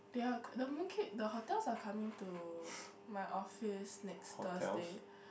their the mooncake the hotels are coming to my office next Thursday